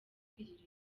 ukwigirira